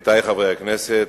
עמיתי חברי הכנסת,